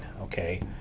okay